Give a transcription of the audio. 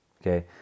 Okay